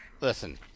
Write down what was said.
listen